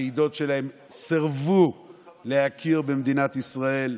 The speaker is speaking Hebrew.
הוועידות שלהם סירבו להכיר במדינת ישראל,